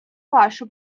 вашу